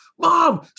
Mom